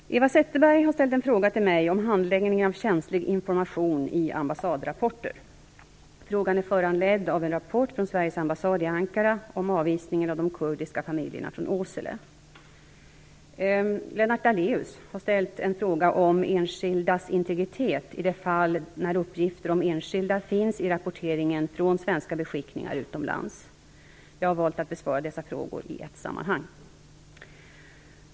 Fru talman! Eva Zetterberg ha ställt en fråga till mig om handläggningen av känslig information i ambassadrapporter. Frågan är föranledd av en rapport från Sveriges ambassad i Ankara om avvisningen av de kurdiska familjerna från Åsele. Lennart Daléus har ställt en fråga om enskildas integritet i de fall när uppgifter om enskilda finns i rapporteringen från svenska beskickningar utomlands. Jag har valt att besvara dessa två frågor i ett sammanhang.